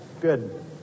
good